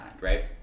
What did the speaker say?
right